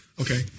Okay